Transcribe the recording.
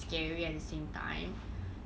scary at the same time